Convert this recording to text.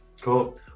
Cool